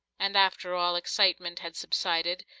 and, after all excitement had subsided,